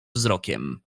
wzrokiem